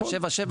ה-77,